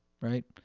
right